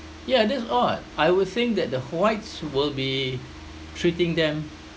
ya that's odd I would think that the whites will be treating them